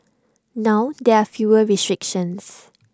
now there are fewer restrictions